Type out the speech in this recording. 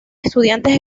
estudiantes